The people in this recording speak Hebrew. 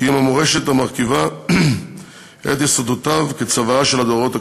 כי אם המורשת המרכיבה את יסודותיו כצוואה של הדורות הקודמים.